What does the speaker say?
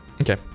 okay